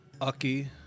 Aki